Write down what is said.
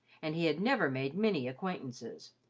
and he had never made many acquaintances.